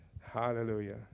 Hallelujah